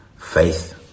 Faith